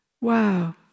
Wow